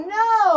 no